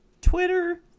Twitter